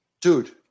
Dude